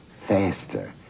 faster